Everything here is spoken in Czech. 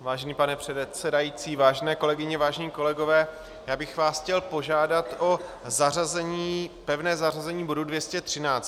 Vážený pane předsedající, vážené kolegyně, vážení kolegové, já bych vás chtěl požádat o zařazení, pevné zařazení bodu 213.